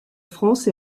france